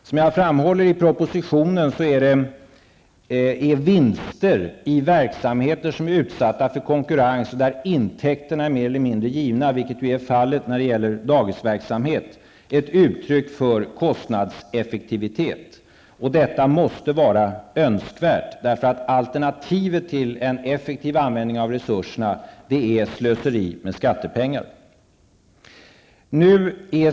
Som jag framhåller i propositionen är vinster i verksamheter som är utsatta för konkurrens och där intäkterna är mer eller mindre givna -- vilket ju är fallet när det gäller dagisverksamheten -- ett uttryck för en kostnadseffektivitet. Detta måste vara önskvärt, därför att alternativet till en effektiv användning av resurserna är slöseri med skattepengar.